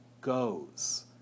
goes